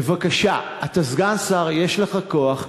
בבקשה, אתה סגן שר, יש לך כוח.